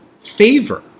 favor